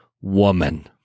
woman